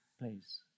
please